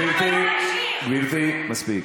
גברתי, גברתי, מספיק.